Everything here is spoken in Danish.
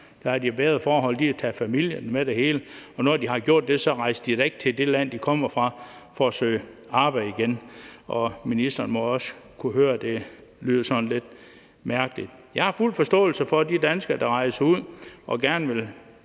Her har de bedre forhold, og de har taget familien med og det hele, og når de har gjort dét, rejser de da ikke til det land, de kommer fra for at søge arbejde igen. Ministeren må også kunne høre, at det lyder sådan lidt mærkeligt. Kl. 15:34 Jeg har fuld forståelse for de danskere, der rejser ud og gerne vil